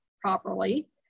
properly